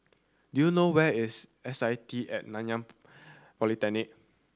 do you know where is S I T and Nanyang Polytechnic